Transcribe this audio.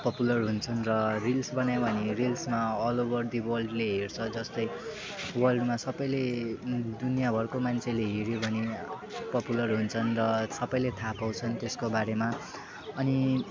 popular हुन्छन् र reels बनायो भने रिल्समा अलओभर दी वर्ल्डले हेर्छ जस्तै वर्ल्डमा सबैले दुनियाँभरको मान्छेले हेऱ्यो भने पपुलर हुन्छन् र सबैले थाहा पाउँछन् त्यसको बारेमा अनि